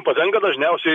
patenka dažniausiai